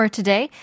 today